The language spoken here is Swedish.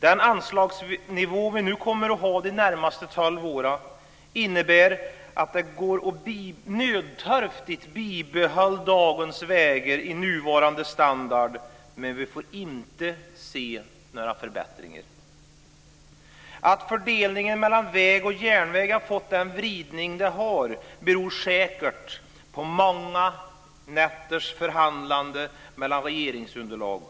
Den anslagsnivå som vi kommer att ha de närmaste tolv åren innebär att det nödtorftigt går att bibehålla dagens vägar i nuvarande standard, men vi får inte se några förbättringar. Att fördelningen mellan väg och järnväg har fått den vridning den har beror säkert på många nätters förhandlande inom regeringsunderlaget.